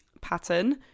pattern